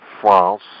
France